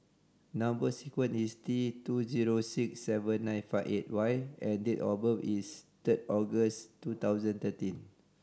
number sequence is T two zero six seven nine five eight Y and date of birth is third August two thousand and thirteen